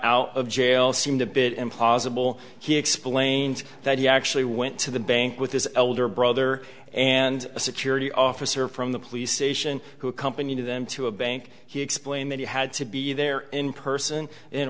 out of jail seemed a bit implausible he explained that he actually went to the bank with his elder brother and a security officer from the police station who accompanied them to a bank he explained that he had to be there in person in